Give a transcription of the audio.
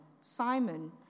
Simon